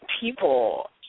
people